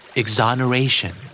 exoneration